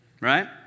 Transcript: right